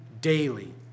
daily